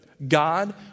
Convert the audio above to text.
God